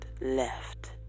left